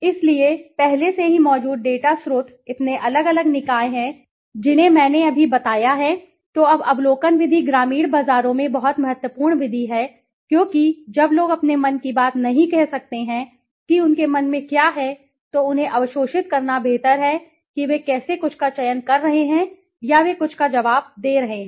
इसलिए पहले से ही मौजूद डेटा स्रोत इतने अलग अलग निकाय हैं जिन्हें मैंने अभी बताया है तो अब अवलोकन विधि ग्रामीण बाजारों में बहुत महत्वपूर्ण विधि है क्योंकि जब लोग अपने मन की बात नहीं कह सकते हैं कि उनके मन में क्या है तो उन्हें अवशोषित करना बेहतर है कि वे कैसे कुछ का चयन कर रहे हैं या वे कुछ का जवाब दे रहे हैं